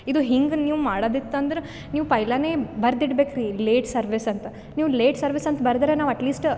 ಇದು ಹಿಂಗೆ ನೀವು ಮಾಡೋದ್ ಇತ್ತಂದ್ರೆ ನೀವು ಫೈಲನೆ ಬರ್ದು ಇಡಬೇಕ್ರಿ ಲೇಟ್ ಸರ್ವಿಸ್ ಅಂತ ನೀವು ಲೇಟ್ ಸರ್ವಿಸ್ ಅಂತ ಬರೆದ್ರೆ ನಾವು ಅಟ್ ಲೀಸ್ಟ್ ಅ